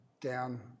down